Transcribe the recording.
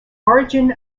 origin